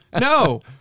No